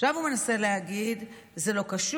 עכשיו הוא מנסה להגיד: זה לא קשור,